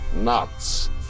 Nuts